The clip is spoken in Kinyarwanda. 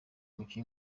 umukinnyi